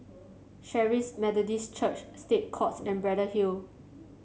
Charis Methodist Church State Courts and Braddell Hill